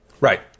Right